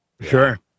Sure